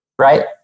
right